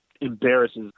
embarrasses